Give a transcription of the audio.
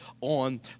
on